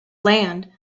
land